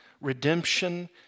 redemption